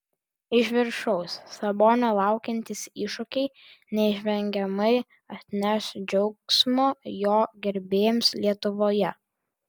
iš viršaus sabonio laukiantys iššūkiai neišvengiamai atneš džiaugsmo jo gerbėjams lietuvoje